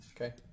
okay